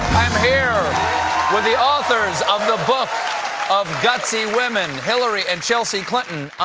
here with the authors of the book of gutsy women, hillary and chelsea clinton.